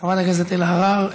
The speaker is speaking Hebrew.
חברת הכנסת אלהרר,